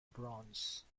bronze